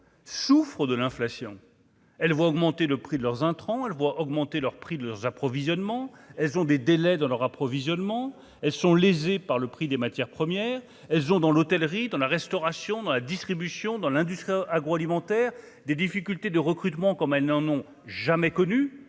souffrent de l'inflation, elle va augmenter le prix de leurs intrants, elle voit augmenter leurs prix de leurs approvisionnements, elles ont des délais dans leur approvisionnement, elles sont lésés par le prix des matières premières, elles ont dans l'hôtellerie, dans la restauration, dans la distribution, dans l'industrie agroalimentaire, des difficultés de recrutement, comme elle n'en ont jamais connu,